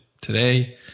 today